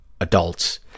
adults